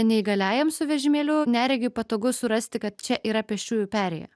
neįgaliajam su vežimėliu neregiui patogu surasti kad čia yra pėsčiųjų perėja